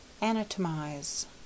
Anatomize